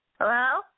Hello